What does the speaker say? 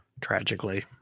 Tragically